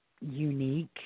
unique